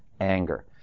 anger